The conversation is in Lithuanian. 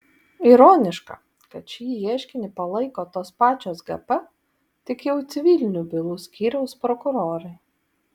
ironiška kad šį ieškinį palaiko tos pačios gp tik jau civilinių bylų skyriaus prokurorai